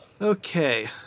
Okay